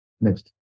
Next